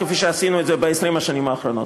כפי שעשינו את זה ב-20 השנים האחרונות.